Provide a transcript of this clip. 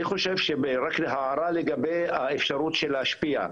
אני חושב רק הערה לגבי האפשרות של להשפיע,